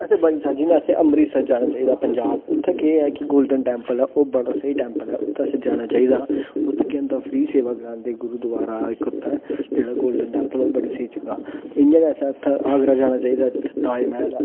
असें बड़े सारे जियां असें अमृतसर जाना चाहिदा पंजाब उत्थें केह् ऐ कि गोल्डन टेम्पल ऐ ओह् बड़ा स्हेई टेम्पल ऐ उत्थें असें जाना चाहिदा उत्थें केह् होंदा फ्री सेवा करांदे गुरूद्वारा ऐ इक उत्थें ते जेह्ड़ा गोल्डन टेम्पल ऐ ओह् बड़ी स्हेई जगह इ'यां गै असें उत्थै आगरा जाना चाहिदा